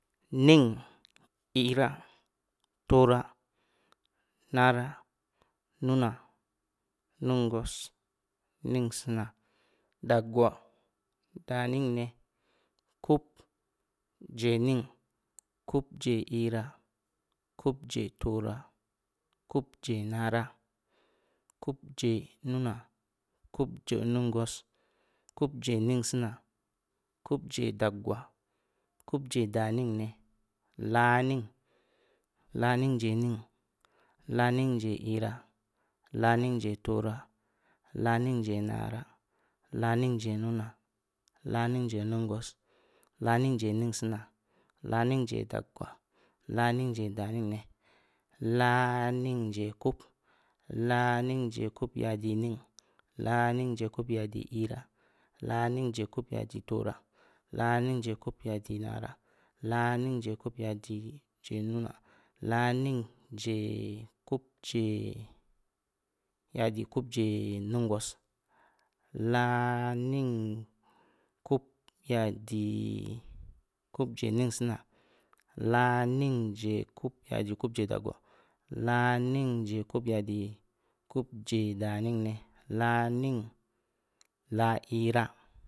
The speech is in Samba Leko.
Ning, iira, tooraa, naraa, nunaa, nungwas, ningsiinaa, daggwaa, daningni, kub, kubje ning, kubje iira, kubje tooraa, kubje naraa, kubje nunaa, kubje nungwas, kubje ninsiinaa, kubje daggwaa, kubje daningni, laaning, laaningje ning, laaningje iiraa, laaningje tooraa, laaningje naraa, laaningje nunaa, laaningje nunwas, laaningje daningne, laaningje kub, laaningje kub ya di ning, laaningje kub ya di iiraa,, laaningje kub ya di tooraa,, laaningje kub ya di naraa,, laaningje kub ya di je nunaa,, laaningje kubje ya di kubje nungwas,, laaningje kub ya di kubje ningsiina,, laaningje kub ya di kubje daggwaa,, laaningje kub ya di kubje daningne,, laaning laa iiraa